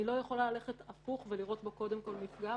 אני לא יכולה ללכת הפוך - לראות בו קודם כל מפגע,